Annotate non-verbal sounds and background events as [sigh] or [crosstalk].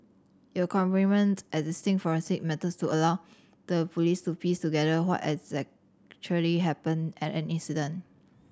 it will complement existing forensic methods to allow the Police to piece together what [unintelligible] happened at an incident